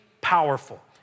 powerful